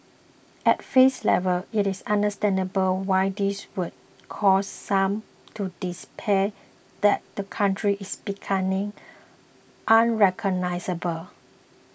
at face level it is understandable why this would cause some to despair that the country is becoming unrecognisable